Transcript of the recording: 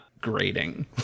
grading